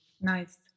nice